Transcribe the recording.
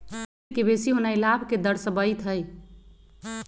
yield के बेशी होनाइ लाभ के दरश्बइत हइ